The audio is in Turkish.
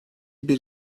bir